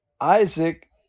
Isaac